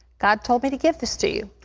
god told me to give this to you.